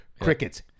crickets